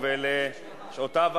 על-פי